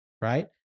right